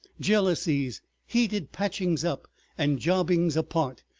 jealousies, heated patchings up and jobbings apart,